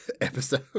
episode